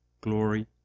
Glory